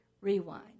rewind